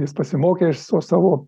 jis pasimokė iš savo